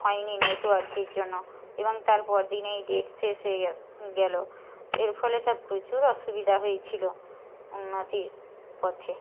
হয়নি নেটওয়ার্কের জন্য এবং তারপর দিনেই ডেট শেষ হয়ে গেল এর ফলে তার প্রচুর অসুবিধা হয়েছিল উন্নতির পথে